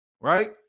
right